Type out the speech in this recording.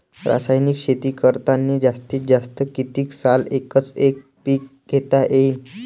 रासायनिक शेती करतांनी जास्तीत जास्त कितीक साल एकच एक पीक घेता येईन?